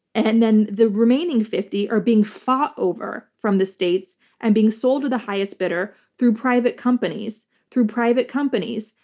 and then the remaining fifty percent are being fought over from the states and being sold to the highest bidder through private companies, through private companies,